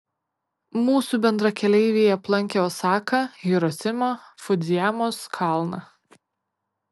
mūsų bendrakeleiviai aplankė osaką hirosimą fudzijamos kalną